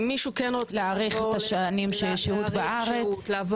להאריך את השנים של השהות בארץ?